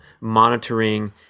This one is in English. monitoring